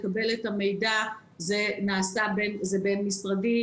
זה בין-משרדי,